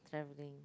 travelling